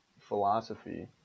philosophy